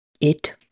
It